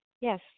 yes